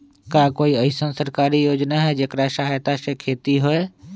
का कोई अईसन सरकारी योजना है जेकरा सहायता से खेती होय?